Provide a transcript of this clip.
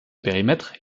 périmètre